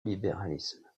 libéralisme